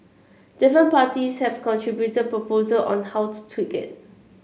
different parties have contributed proposals on how to tweak it